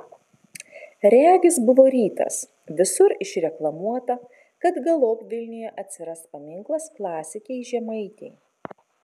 regis buvo rytas visur išreklamuota kad galop vilniuje atsiras paminklas klasikei žemaitei